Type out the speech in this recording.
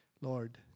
Lord